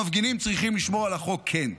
המפגינים צריכים לשמור על החוק, כן,